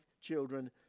children